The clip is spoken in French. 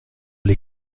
les